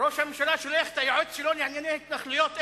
ראש הממשלה שולח את היועץ שלו לענייני התנחלויות,